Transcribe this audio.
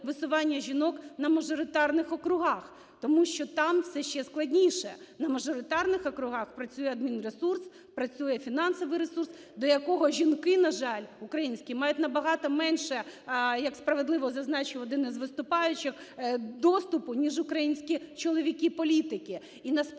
висування жінок на мажоритарних округах. Тому що там все ще складніше. На мажоритарних округах працює адмінресурс, працює фінансовий ресурс, до якого жінки, на жаль, українські, мають набагато менше, як справедливо зазначив один із виступаючих, доступ,у ніж українські чоловіки-політки.